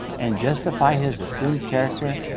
and justify his assumed character,